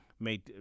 made